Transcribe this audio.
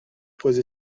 posé